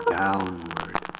downward